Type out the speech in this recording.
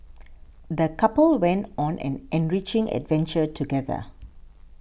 the couple went on an enriching adventure together